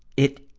it